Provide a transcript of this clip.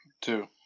Two